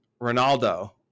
Ronaldo